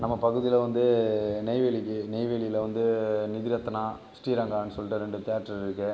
நம்ம பகுதியில் வந்து நெய்வேலிக்கு நெய்வேலியில் வந்து நிதிரத்னா ஸ்ரீரங்கான்னு சொல்லிட்டு ரெண்டு தேட்ரு இருக்கு